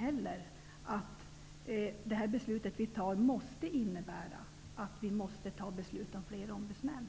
eller att beslutet kommer att innebära att vi måste fatta beslut om flera ombudsmän.